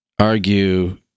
argue